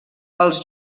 els